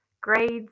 grades